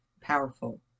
powerful